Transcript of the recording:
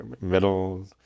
middle